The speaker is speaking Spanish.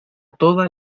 toda